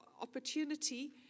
opportunity